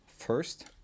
First